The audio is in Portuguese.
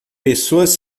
pessoas